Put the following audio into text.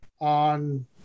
On